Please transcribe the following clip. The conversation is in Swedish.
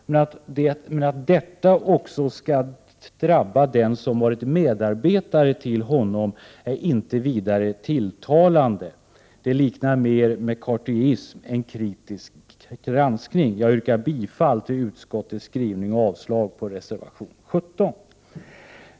Men att detta också skall drabba den som varit medarbetare till honom är inte vidare tilltalande. Det liknar mer McCarthyism än kritisk granskning. Jag yrkar bifall till utskottets skrivning och avslag på reservation 17.